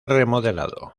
remodelado